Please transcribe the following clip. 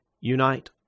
Unite